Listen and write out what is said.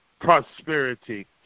prosperity